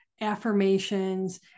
affirmations